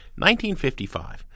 1955